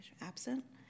Absent